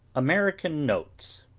american notes,